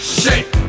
shake